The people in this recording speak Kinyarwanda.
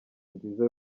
nziza